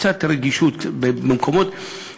קצת רגישות במקומות,